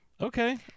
okay